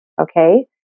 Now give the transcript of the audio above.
okay